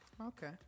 Okay